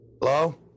Hello